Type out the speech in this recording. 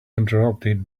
interrupted